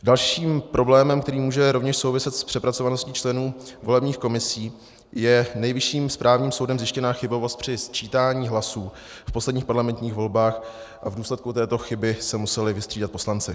Dalším problémem, který může rovněž souviset s přepracovaností členů volebních komisí, je Nejvyšším správním soudem zjištěná chybovost při sčítání hlasů v posledních parlamentních volbách a v důsledku této chyby se museli vystřídat poslanci.